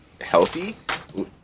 healthy